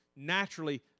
naturally